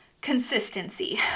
consistency